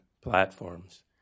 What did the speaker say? platforms